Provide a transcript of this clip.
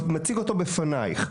ומציג אותו בפנייך.